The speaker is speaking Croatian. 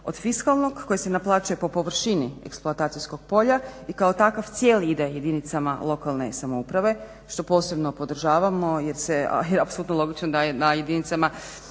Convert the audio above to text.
od fiskalnog koji se naplaćuje po površini eksploatacijskog polja i kao takav cijeli ide jedinicama lokalne samouprave što posebno podržavamo jer se, jer je apsolutno logično da jedinicama